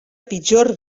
pitjor